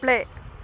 play